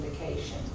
indication